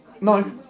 No